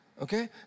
Okay